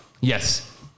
Yes